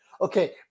Okay